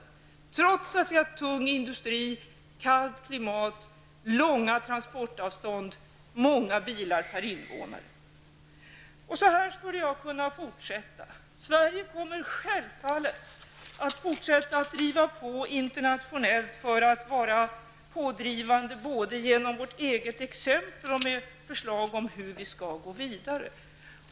Detta gäller trots att vi har tung industri, kallt klimat, långa transportavstånd och många bilar per invånare. Jag skulle kunna fortsätta min uppräkning. Sverige kommer självfallet att fortsätta att driva på internationellt både genom vårt eget exempel och med förslag om hur vi skall gå vidare.